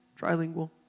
trilingual